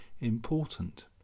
important